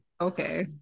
okay